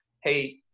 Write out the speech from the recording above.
Hey